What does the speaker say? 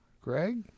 Greg